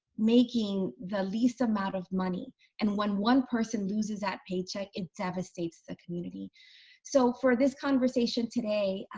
making the least amount of money and when one person loses that paycheck, it devastates the community so for this conversation today,